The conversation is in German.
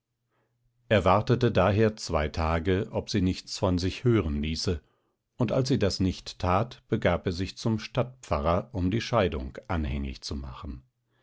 wartete daher zwei tage ob sie nichts von sich hören ließe und als sie das nicht tat begab er sich zum stadtpfarrer um die scheidung anhängig zu machen